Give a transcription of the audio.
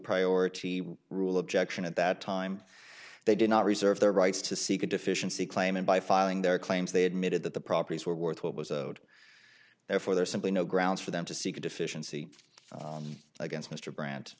priority rule objection at that time they did not reserve their rights to seek a deficiency claim and by filing their claims they admitted that the properties were worth what was therefore there's simply no grounds for them to seek a deficiency against mr bran